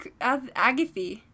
Agatha